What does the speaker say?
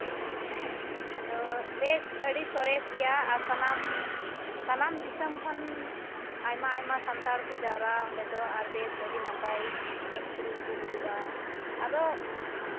ᱦᱮᱸ ᱟᱫᱚ ᱵᱮᱥ ᱟᱹᱰᱤ ᱥᱚᱨᱮᱥ ᱜᱮᱭᱟ ᱟᱨ ᱥᱟᱱᱟᱢ ᱥᱟᱱᱟᱢ ᱫᱤᱥᱚᱢ ᱠᱷᱚᱱ ᱟᱭᱢᱟ ᱟᱭᱢᱟ ᱥᱟᱱᱛᱟᱲ ᱠᱚ ᱡᱟᱣᱨᱟᱜᱼᱟ ᱚᱸᱰᱮ ᱫᱚ ᱟᱹᱰᱤ ᱱᱟᱯᱟᱭ ᱮᱱᱮᱡ ᱥᱮᱨᱮᱧ ᱠᱚ ᱦᱩᱭᱩᱜᱼᱟ ᱟᱫᱚ